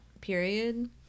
period